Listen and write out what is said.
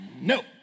No